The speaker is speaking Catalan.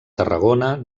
tarragona